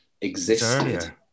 existed